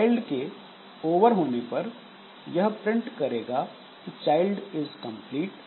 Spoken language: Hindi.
चाइल्ड के ओवर होने पर यह प्रिंट करेगा कि चाइल्ड इज़ कंप्लीट